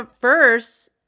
first